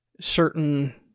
certain